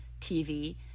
TV